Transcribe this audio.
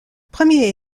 premier